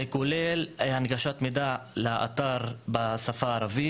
זה כולל הנגשת מידע לאתר בשפה הערבית.